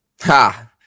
Ha